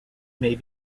may